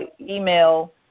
email